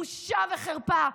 בושה וחרפה.